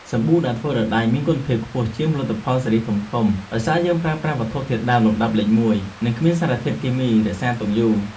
សាប៊ូដែលធ្វើដោយដៃមានគុណភាពខ្ពស់ជាងផលិតផលស៊េរីធំៗ ដោយសារយើងប្រើប្រាស់វត្ថុធាតុដើមលំដាប់លេខមួយ និងគ្មានសារធាតុរក្សាទុកយូរ។